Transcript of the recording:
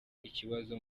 ikibazo